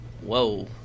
Whoa